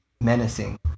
menacing